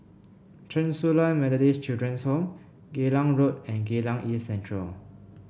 Chen Su Lan Methodist Children's Home Geylang Road and Geylang East Central